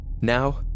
Now